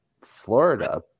Florida